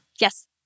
Yes